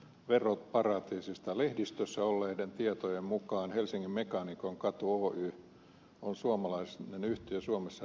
lehdistössä olleiden tietojen mukaan helsingin mekaanikonkatu oy on suomalainen yhtiö suomessa rekisteröity